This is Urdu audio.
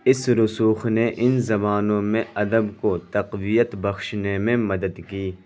اس رسوخ نے ان زبانوں میں ادب کو تقویت بخشنے میں مدد کی